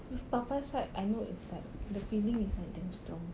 with papa's side I know it's like the feeling is like damn strong